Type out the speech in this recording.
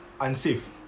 unsafe